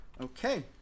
Okay